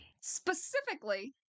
Specifically